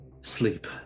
Sleep